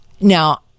Now